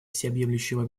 всеобъемлющего